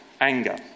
anger